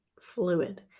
fluid